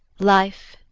life,